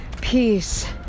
peace